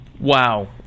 Wow